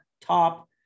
top